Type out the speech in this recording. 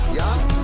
young